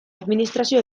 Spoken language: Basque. administrazio